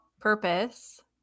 purpose